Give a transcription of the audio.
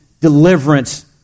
deliverance